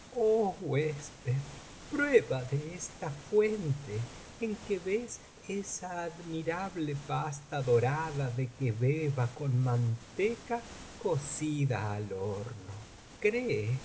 huésped prueba de esta fuente en que ves esa admirable pasta dorada de kebeba con manteca cocida al horno cree